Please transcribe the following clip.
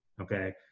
Okay